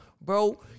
bro